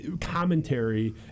commentary